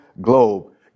globe